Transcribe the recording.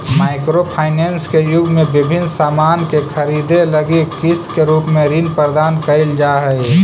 micro finance के युग में विभिन्न सामान के खरीदे लगी किस्त के रूप में ऋण प्रदान कईल जा हई